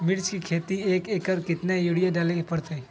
मिर्च के खेती में एक एकर में कितना यूरिया डाले के परतई?